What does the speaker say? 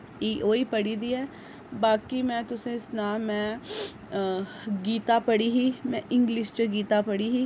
ओह् ई पढ़ी दी ऐ बाकी में तुसें ई सनाऽ में गीता पढ़ी ही में इंग्लिश च गीता पढ़ी ही